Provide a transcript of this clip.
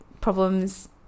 problems